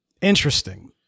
interesting